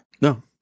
No